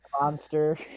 monster